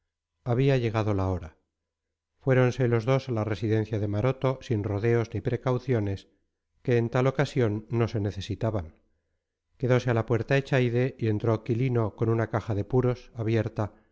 había llegado la hora fuéronse los dos a la residencia de maroto sin rodeos ni precauciones que en tal ocasión no se necesitaban quedose a la puerta echaide y entró quilino con una caja de puros abierta